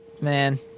man